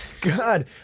God